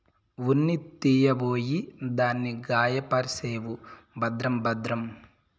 ఉన్ని తీయబోయి దాన్ని గాయపర్సేవు భద్రం భద్రం